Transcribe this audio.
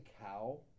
cow